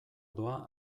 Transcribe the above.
doa